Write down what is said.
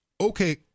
okay